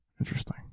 Interesting